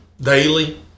daily